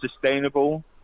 sustainable